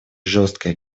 жесткой